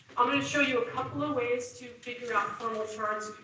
i'm gonna show you a couple of ways to figure out formal charge.